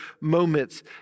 moments